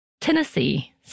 Tennessee